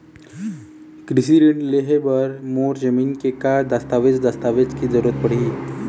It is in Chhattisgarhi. कृषि ऋण लेहे बर मोर जमीन के का दस्तावेज दस्तावेज के जरूरत पड़ही?